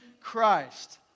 Christ